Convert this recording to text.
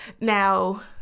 Now